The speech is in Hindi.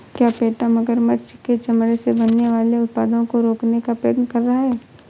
क्या पेटा मगरमच्छ के चमड़े से बनने वाले उत्पादों को रोकने का प्रयत्न कर रहा है?